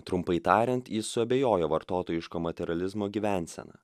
trumpai tariant jis suabejojo vartotojiško materializmo gyvensena